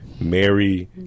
Mary